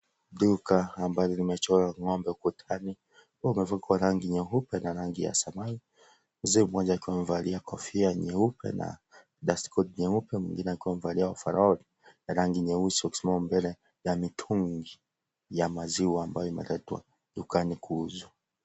Duka ambalo limechorwa ng'ombe ukutani, kwa rangi nyeupe na rangi ya samau, Mzee mmoja akiwa alivalia kofia nyeupe na dust coat nyeupe na mwingi akiwa amevalia ovaroli ya rangi nyeusi, wakisimama mbele ya ya mitungi ya maziwa ambayo imeletwa dukani kuuzwa.